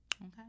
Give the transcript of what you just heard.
Okay